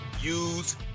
use